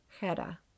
Hera